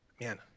Man